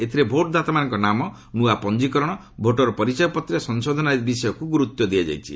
ଏଥିରେ ଭୋଟରମାନଙ୍କ ନାମ ନୂଆ ପଞ୍ଜିକରଣ ଭୋଟର ପରିଚୟପତ୍ରରେ ସଂଶୋଧନ ଆଦି ବିଷୟକୁ ଗୁରୁତ୍ୱ ଦିଆଯାଇଛି